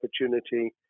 opportunity